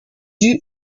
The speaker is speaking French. due